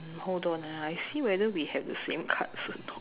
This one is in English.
uh hold on ah I see whether we have the same cards or not